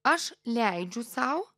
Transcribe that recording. aš leidžiu sau